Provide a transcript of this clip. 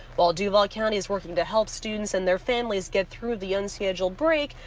well duval county is working to help students and their families get through the unscheduled break.